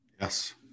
Yes